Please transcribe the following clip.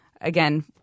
Again